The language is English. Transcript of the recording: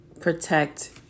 protect